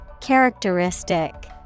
Characteristic